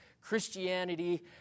Christianity